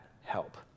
help